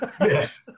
Yes